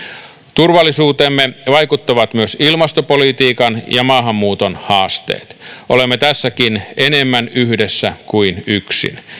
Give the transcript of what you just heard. turvallisuuteemme vaikuttavat myös ilmastopolitiikan ja maahanmuuton haasteet olemme tässäkin enemmän yhdessä kuin yksin